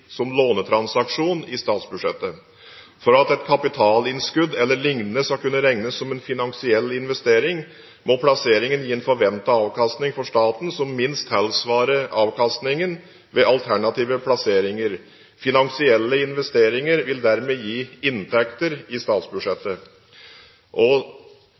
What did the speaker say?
statsbudsjettet. For at et kapitalinnskudd eller liknende skal kunne regnes som en finansiell investering, må plasseringen gi en forventet avkastning for staten som minst tilsvarer avkastningen ved alternative plasseringer. Finansielle investeringer vil dermed gi inntekter i